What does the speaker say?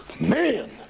Man